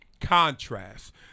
contrast